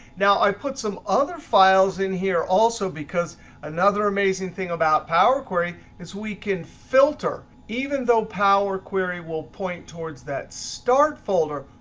now i put some other files in here also, because another amazing thing about power query is we can filter. even though power query will point towards that start folder,